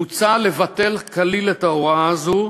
מוצע לבטל כליל את ההוראה הזו.